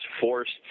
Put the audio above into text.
forced